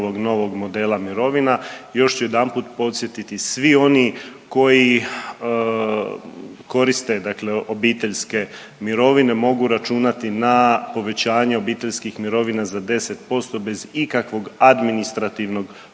još ću jedanput podsjetiti, svi oni koji koriste dakle obiteljske mirovine mogu računati na povećanje obiteljskih mirovina za 10% bez ikakvog administrativnog postupka.